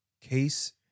case